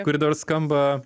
kuri dabar skamba